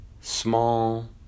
small